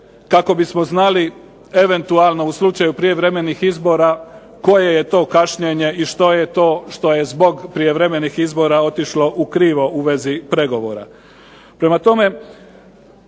kako bismo znali eventualno u slučaju prijevremenih izbora koje je to kašnjenje i što je to što je zbog prijevremenih izbora otišlo ukrivo u vezi pregovora. Prema tome,